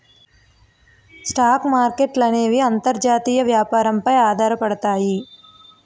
stock మార్కెట్ల అనేవి అంతర్జాతీయ వ్యాపారం పై ఆధారపడతాయి